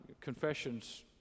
Confessions